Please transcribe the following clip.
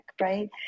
right